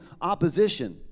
opposition